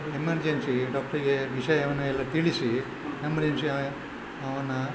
emergency ಡಾಕ್ಟರಿಗೆ ವಿಷಯವನ್ನೆಲ್ಲ ತಿಳಿಸಿ ಎಮರ್ಜೆನ್ಸಿ ಆಗಿ ಅವನ